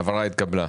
ההעברה התקבלה.